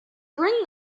bring